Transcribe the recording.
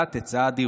והגדלת היצע הדירות.